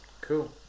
Cool